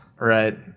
right